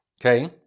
okay